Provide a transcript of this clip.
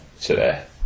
today